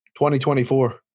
2024